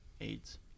AIDS